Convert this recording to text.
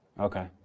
okay